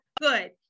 good